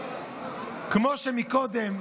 כמו שקודם,